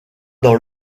dans